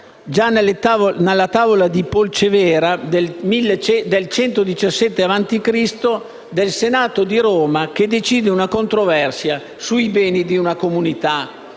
già nella Tavola di Polcevera del 117 a.C., del Senato di Roma che decide una controversia sui beni di una comunità ligure.